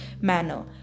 manner